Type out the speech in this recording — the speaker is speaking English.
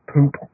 Poop